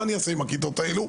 מה אני אעשה עם הכיתות הללו?